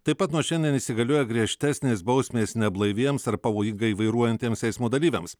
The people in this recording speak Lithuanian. taip pat nuo šiandien įsigalioja griežtesnės bausmės neblaiviems ar pavojingai vairuojantiems eismo dalyviams